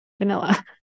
vanilla